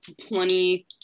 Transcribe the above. plenty